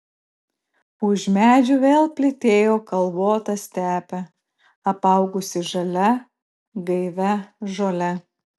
už medžių vėl plytėjo kalvota stepė apaugusi žalia gaivia žole